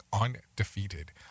undefeated